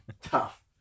tough